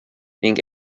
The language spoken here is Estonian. ning